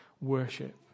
worship